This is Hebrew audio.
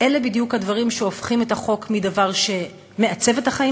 אלה בדיוק הדברים שהופכים את החוק מדבר שמעצב את החיים